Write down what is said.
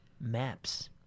maps